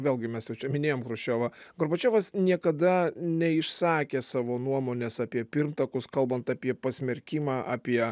vėlgi mes jau čia minėjom chruščiovą gorbačiovas niekada neišsakė savo nuomonės apie pirmtakus kalbant apie pasmerkimą apie